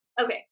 Okay